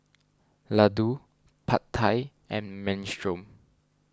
Ladoo Pad Thai and Minestrone